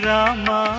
Rama